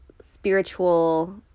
spiritual